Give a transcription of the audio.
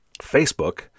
Facebook